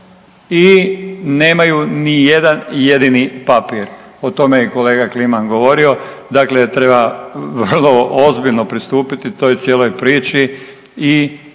i nemaju nijedan jedini papir. O tome je kolega Kliman govorio, dakle treba vrlo ozbiljno pristupiti toj cijeloj priči